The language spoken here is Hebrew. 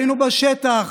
היינו בשטח,